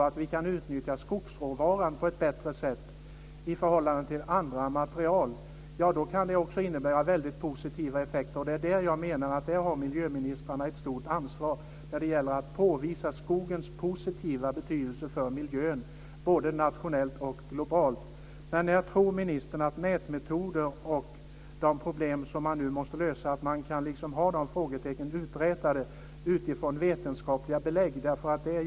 Om vi kan utnyttja skogsråvaran på ett bättre sätt i förhållande till andra material kan det också innebära väldigt positiva effekter. Det är där jag menar att miljöministrarna har ett stort ansvar när det gäller att påvisa skogens positiva betydelse för miljön, både nationellt och globalt. När tror ministern att det kommer att finnas mätmetoder och att man kommer att ha frågetecknen uträtade utifrån vetenskapliga belägg när det gäller de problem som man nu måste lösa?